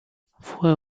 fue